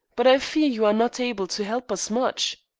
but i fear you are not able to help us much.